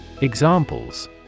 Examples